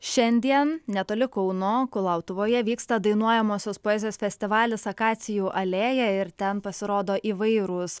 šiandien netoli kauno kulautuvoje vyksta dainuojamosios poezijos festivalis akacijų alėja ir ten pasirodo įvairūs